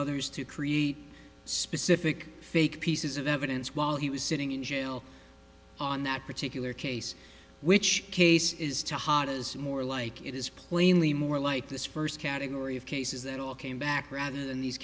others to create specific fake pieces of evidence while he was sitting in jail on that particular case which case is to hot as more like it is plainly more like this first category of cases that all came back rather than these